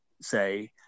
say